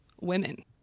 women